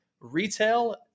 retail